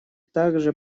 также